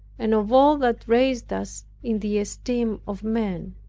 and of all that raised us in the esteem of men.